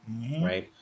right